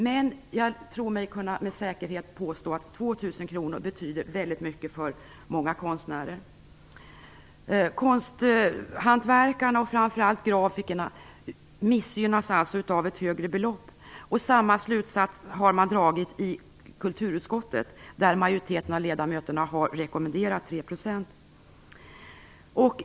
Men jag tror mig kunna med säkerhet påstå att 2 000 kr betyder väldigt mycket för många konstnärer. Konsthantverkarna och framför allt grafikerna missgynnas alltså av en högre procentsats. Samma slutsats har man dragit i kulturutskottet, där majoriteten av ledamöterna har rekommenderat 3 %.